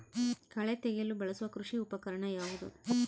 ಕಳೆ ತೆಗೆಯಲು ಬಳಸುವ ಕೃಷಿ ಉಪಕರಣ ಯಾವುದು?